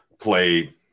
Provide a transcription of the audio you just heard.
play